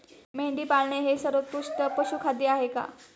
मेंढी पाळणे हे सर्वोत्कृष्ट पशुखाद्य आहे का?